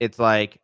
it's like